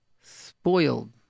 spoiled